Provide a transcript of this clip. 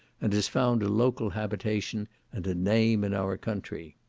and has found a local habitation and a name in our country.